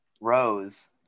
Rose